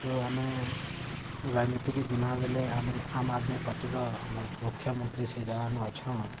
ଆରୁ ଆମେ ରାଜନୀତିକେ ଯିମା ବଲେ ଆମେ ଆମ୍ ଆଦମୀ ପାର୍ଟିର ଆମର୍ ମୁଖ୍ୟମନ୍ତ୍ରୀ ସେ ଜାଗାନୁ ଅଛନ୍